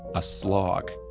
a slog,